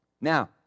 Now